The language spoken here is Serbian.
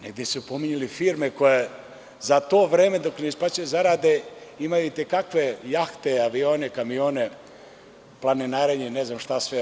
Negde su pominjali firme koje za to vreme dok ne isplaćuju zarade, imaju i te kakve jahte, avione, kamione, planinarenje, ne znam šta sve ostalo itd.